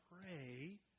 pray